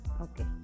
okay